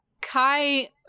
Kai